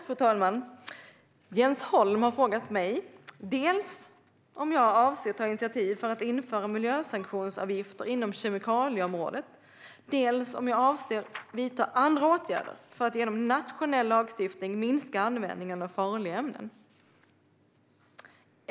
Fru talman! Jens Holm har frågat mig dels om jag avser att ta initiativ för att införa miljösanktionsavgifter inom kemikalieområdet, dels om jag avser att vidta andra åtgärder för att genom nationell lagstiftning minska användningen av farliga kemiska ämnen.